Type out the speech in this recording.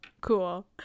Cool